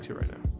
yeah right now